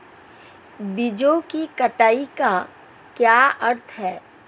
बीजों की कटाई का क्या अर्थ है?